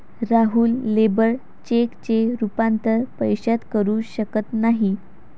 Rahul labour चेकचे रूपांतर पैशात करू शकत नाही